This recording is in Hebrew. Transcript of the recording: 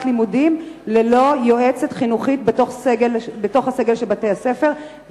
לימודים ללא יועצת חינוכית בתוך הסגל של בתי-הספר,